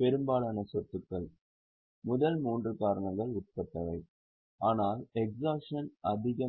பெரும்பாலான சொத்துக்கள் முதல் மூன்று காரணங்களுக்கு உட்பட்டவை ஆனால் எஸ்ஹாஷன் அதிகம் இல்லை